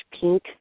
pink